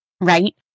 right